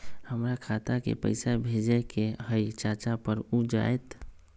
हमरा खाता के पईसा भेजेए के हई चाचा पर ऊ जाएत?